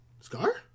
Scar